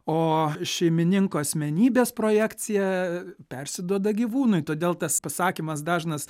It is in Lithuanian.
o šeimininko asmenybės projekcija persiduoda gyvūnui todėl tas pasakymas dažnas